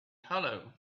hollow